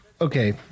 okay